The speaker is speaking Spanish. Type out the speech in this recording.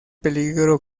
peligro